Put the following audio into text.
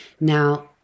Now